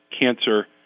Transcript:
cancer